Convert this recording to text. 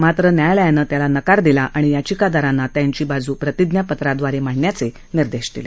मात्र न्यायालयानं याला नकार दिला आणि याचिकदारांना त्यांची बाजू प्रतिज्ञापत्रादवारे मांडण्याचे निर्देश दिले